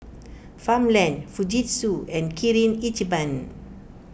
Farmland Fujitsu and Kirin Ichiban